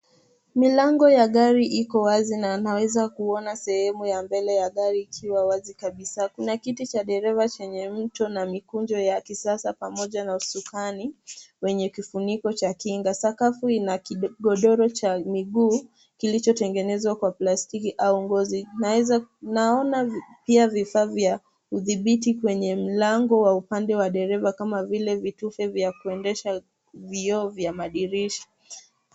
Milango ya gari iko wazi na unaona sehemu ya mbele ikiwa wazi kabisa. Kuna kiti cha dereva chenye mto na mikunjo ya kisasa, pamoja na usukani wenye kifuniko cha kinga. Sakafu ina kigodoro cha miguu kilichotengenezwa kwa plastiki au ngozi, na kuna vifaa vya udhibiti kwenye mlango wa dereva kama vitufe vya kuendesha vioo vya madirisha.